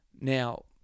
Now